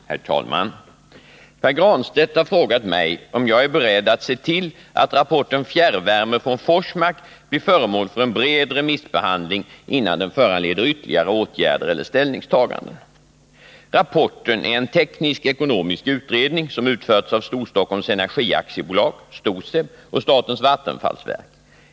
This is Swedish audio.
Herr talman! Pär Granstedt har frågat mig om jag är beredd att se till att rapporten Fjärrvärme från Forsmark blir föremål för en bred remissbehandling, innan den föranleder ytterligare åtgärder eller ställningstaganden. Rapporten är en teknisk-ekonomisk utredning, som utförts av Storstockholms Energi AB och statens vattenfallsverk.